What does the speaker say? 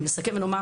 נסכם ונאמר